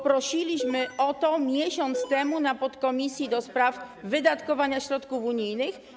Prosiliśmy o to miesiąc temu na posiedzeniu podkomisji do spraw wydatkowania środków unijnych.